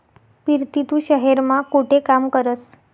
पिरती तू शहेर मा कोठे काम करस?